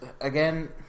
again